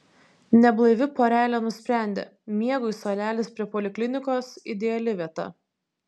neblaivi porelė nusprendė miegui suolelis prie poliklinikos ideali vieta